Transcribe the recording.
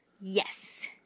Yes